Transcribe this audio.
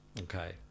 Okay